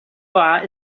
war